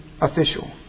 official